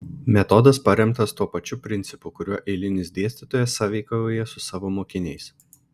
metodas paremtas tuo pačiu principu kuriuo eilinis dėstytojas sąveikauja su savo mokiniais